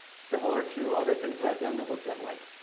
similar to other things that i've done that looked at like,